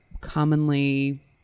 commonly